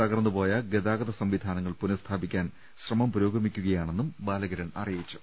തകർന്നുപോയ ഗതാ ഗത സംവിധാനങ്ങൾ പുനഃസ്ഥാപിക്കാൻ ശ്രമങ്ങൾ പുരോ ഗമിക്കുകയാണെന്നും ബാലകിരൺ അറിയിച്ചു